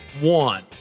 One